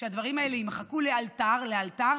שהדברים האלה יימחקו לאלתר, לאלתר